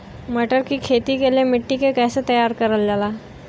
मटर की खेती के लिए मिट्टी के कैसे तैयार करल जाला?